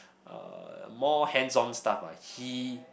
uh more hands on stuff lah he